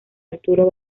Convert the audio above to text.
arturo